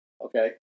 okay